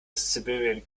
siberian